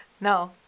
No